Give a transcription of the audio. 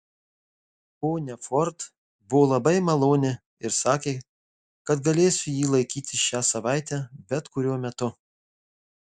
ponia ford buvo labai maloni ir sakė kad galėsiu jį laikyti šią savaitę bet kuriuo metu